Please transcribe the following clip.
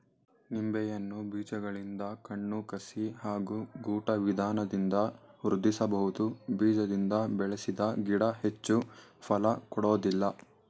ನಿಂಬೆಯನ್ನು ಬೀಜಗಳಿಂದ ಕಣ್ಣು ಕಸಿ ಹಾಗೂ ಗೂಟ ವಿಧಾನದಿಂದ ವೃದ್ಧಿಸಬಹುದು ಬೀಜದಿಂದ ಬೆಳೆಸಿದ ಗಿಡ ಹೆಚ್ಚು ಫಲ ಕೊಡೋದಿಲ್ಲ